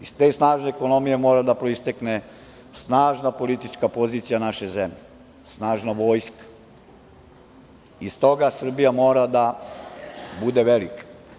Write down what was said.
Iz te snažne ekonomije mora da proistekne snažna politička pozicija naše zemlje, snažna vojska, iz toga Srbija mora da bude velika.